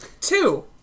Two